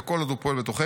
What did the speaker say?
וכל עוד הוא פועל בתוכנו,